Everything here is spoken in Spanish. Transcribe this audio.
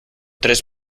tres